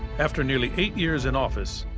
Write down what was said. after nearly eight years in office,